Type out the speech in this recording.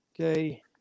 okay